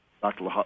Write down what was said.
Dr